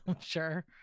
Sure